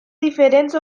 diferents